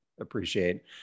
appreciate